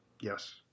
Yes